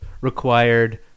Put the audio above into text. required